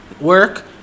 Work